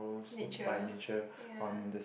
nature ya